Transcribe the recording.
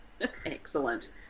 Excellent